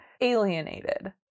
alienated